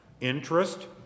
Interest